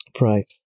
Right